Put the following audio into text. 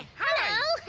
hello.